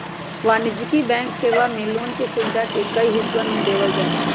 वाणिज्यिक बैंक सेवा मे लोन के सुविधा के कई हिस्सवन में देवल जाहई